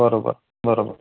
बरोबर बरोबर